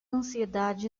ansiedade